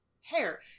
hair